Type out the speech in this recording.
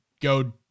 go